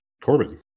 Corbin